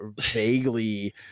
vaguely